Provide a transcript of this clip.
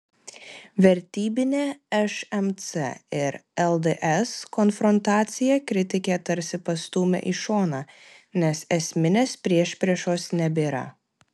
vertybinę šmc ir lds konfrontaciją kritikė tarsi pastūmė į šoną nes esminės priešpriešos nebėra